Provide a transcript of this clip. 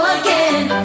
again